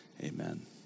Amen